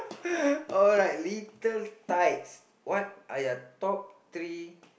alright little tight what are your top three